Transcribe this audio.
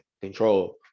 control